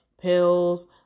pills